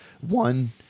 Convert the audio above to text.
one